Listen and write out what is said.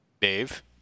Dave